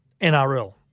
NRL